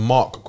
Mark